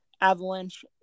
Avalanche